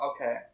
okay